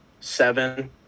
seven